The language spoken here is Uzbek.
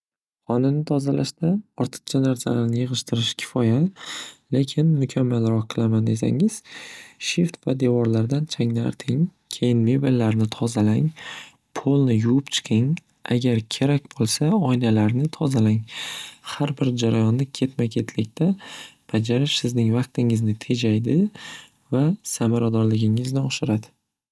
Xonani tozalashda ortiqcha narsalarni yig'ishtirish kifoya. Lekin mukammalroq qilaman desangiz shift va devorlardan changni arting. Keyin mebellarni tozalang. Po'lni yuvib chiqing. Agar kerak bo'lsa oynalarni tozalang. Xar bir jarayonni ketma ketlikda bajarish sizning vaqtingizni tejaydi va samaradorlikingizni oshiradi.